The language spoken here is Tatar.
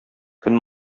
көн